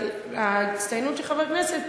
ההצטיינות של חבר כנסת,